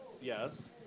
Yes